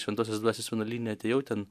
šventosios dvasios vienuolyne atėjau ten